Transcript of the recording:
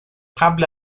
قبل